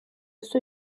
sue